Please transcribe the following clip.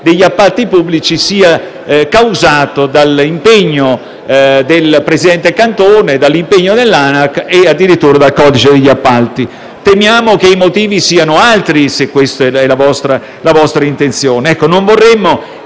degli appalti pubblici sia causata dall'impegno del presidente Cantone e dell'ANAC e, addirittura, dal codice degli appalti. Temiamo che i motivi siano altri, se questa è la vostra intenzione.